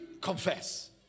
confess